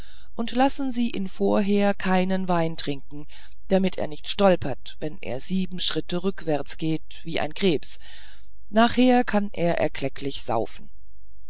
und lassen sie ihn vorher keinen wein trinken damit er nicht stolpert wenn er sieben schritte rückwärts geht wie ein krebs nachher kann er erklecklich saufen